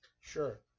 Sure